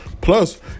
Plus